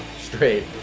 straight